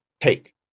take